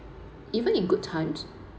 even in good times